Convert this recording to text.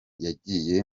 yagiye